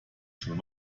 schon